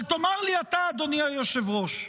אבל תאמר לי אתה, אדוני היושב-ראש: